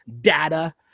data